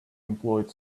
employed